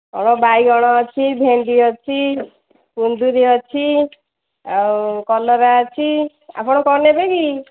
କ'ଣ ବାଇଗଣ ଅଛି ଭେଣ୍ଡି ଅଛି କୁନ୍ଦୁରି ଅଛି ଆଉ କଲରା ଅଛି ଆପଣ କ'ଣ ନେବେ କି